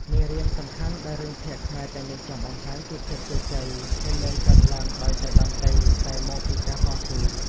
មេរៀន សំខាន់ដែលរឿងភាគខ្មែរទាំងនេះចង់បង្ហាញគឺភាពជោគជ័យមិនមែនកើតឡើងដោយចៃដន្យទេ តែមកពីការតស៊ូ។